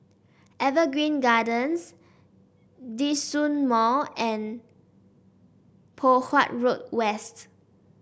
Evergreen Gardens Djitsun Mall and Poh Huat Road West